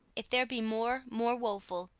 if there be more, more woeful,